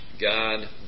God